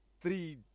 Three